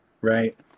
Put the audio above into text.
Right